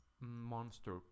monster